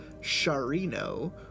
Sharino